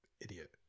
idiot